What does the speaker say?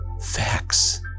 facts